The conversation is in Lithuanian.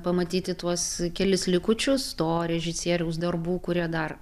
pamatyti tuos kelis likučius to režisieriaus darbų kurie dar